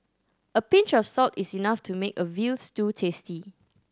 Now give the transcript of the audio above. a pinch of salt is enough to make a veal stew tasty